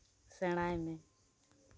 ᱥᱮᱲᱟᱭ ᱢᱮ